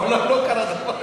עוד לא קרה דבר כזה.